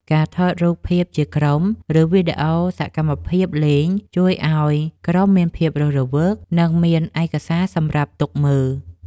ការថតរូបភាពជាក្រុម ឬវីដេអូសកម្មភាពលេង ជួយឱ្យក្រុមមានភាពរស់រវើក និងមានឯកសារសម្រាប់ទុកមើល។